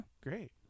Great